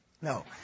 No